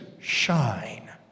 shine